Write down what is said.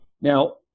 Now